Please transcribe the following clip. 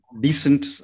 decent